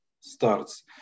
starts